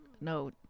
no